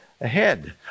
ahead